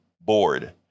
board